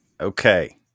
Okay